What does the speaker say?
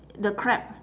the crab